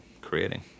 creating